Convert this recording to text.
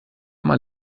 mal